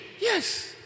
Yes